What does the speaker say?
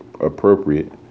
appropriate